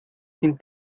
sin